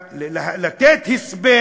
אתן הסבר